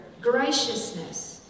graciousness